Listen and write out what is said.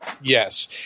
Yes